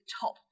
top